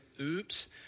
Oops